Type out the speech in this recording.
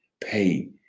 pay